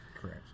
Correct